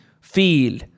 feel